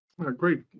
Great